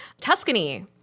Tuscany